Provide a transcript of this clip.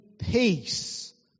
Peace